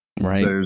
Right